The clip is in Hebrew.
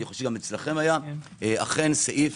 אני חושב שגם אצלכם היה, אכן סעיף